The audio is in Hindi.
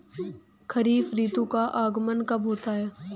खरीफ ऋतु का आगमन कब होता है?